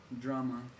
drama